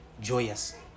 joyous